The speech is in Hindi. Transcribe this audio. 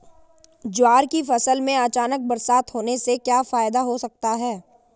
ज्वार की फसल में अचानक बरसात होने से क्या फायदा हो सकता है?